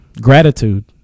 gratitude